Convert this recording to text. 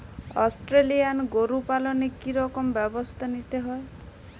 Australian গরু পালনে কি রকম ব্যবস্থা নিতে হয়?